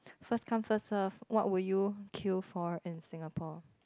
first come first serve what would you queue for in Singapore